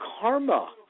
karma